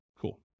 Cool